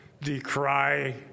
decry